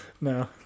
No